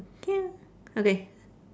K lah okay